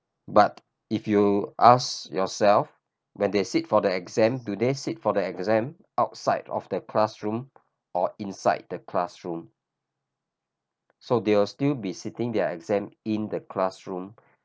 but if you ask yourself when they sit for the exam do they sit for the exam outside of the classroom or inside the classroom so they will still be sitting their exam in the classroom